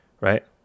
right